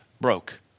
broke